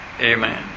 Amen